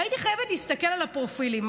והייתי חייבת להסתכל על הפרופילים.